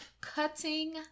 cutting